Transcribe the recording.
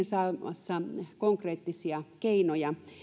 saamassa konkreettisia keinoja